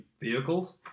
vehicles